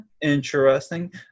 Interesting